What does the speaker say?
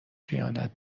خیانت